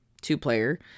two-player